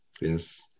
yes